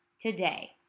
today